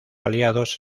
aliados